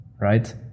Right